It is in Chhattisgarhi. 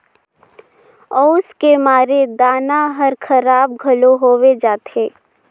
अउस के मारे दाना हर खराब घलो होवे जाथे